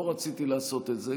לא רציתי לעשות את זה,